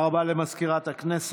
החלת